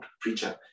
preacher